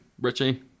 Richie